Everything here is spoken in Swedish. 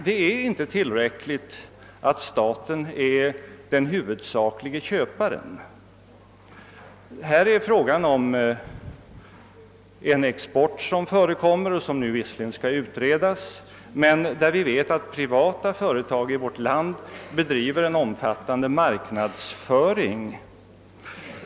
Det är inte tillräckligt att staten är den huvudsakliga köparen — här är det fråga om den export som förekommer. Den frågan skall nu visserligen utredas, men vi vet att privata företag i vårt land bedriver en omfattande marknadsföring.